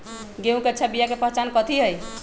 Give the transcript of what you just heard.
गेंहू के अच्छा बिया के पहचान कथि हई?